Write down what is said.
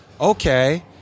okay